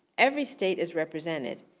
every state is represented.